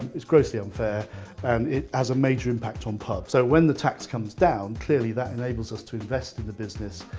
it's grossly unfair and it has a major impact on pubs. so when the tax comes down clearly that enables us to invest in the business,